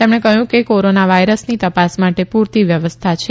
તેમણે કહ્યું કે કોરોના વાયરસની તપાસ માટે પુરતી વ્યવસ્થા છે